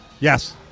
Yes